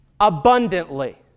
abundantly